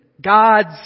God's